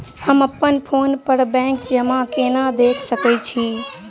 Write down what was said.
हम अप्पन फोन पर बैंक जमा केना देख सकै छी?